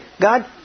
God